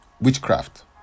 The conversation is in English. witchcraft